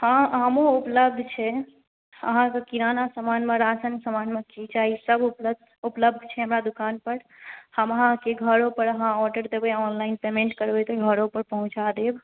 हँ आमो उपलब्ध छै अहाँके किराना समानमे राशनके समानमे की चाही सभ उपलब्ध उपलब्ध छै हमरा दुकान पर हम अहाँकेॅं घरो पर अहाँ ऑर्डर देबै ऑनलाइन पेमेंट करबै तऽ घरो पर पहुँचा देब